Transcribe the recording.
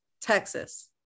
texas